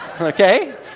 okay